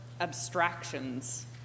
abstractions